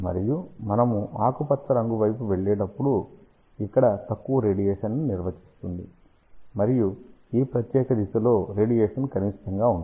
మరియు మనము ఆకుపచ్చ రంగు వైపు వెళ్ళేటప్పుడు ఇక్కడ తక్కువ రేడియేషన్ ని సూచిస్తుంది మరియు ఈ ప్రత్యేక దిశలో రేడియేషన్ కనిష్టంగా ఉంటుంది